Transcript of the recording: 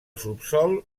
subsòl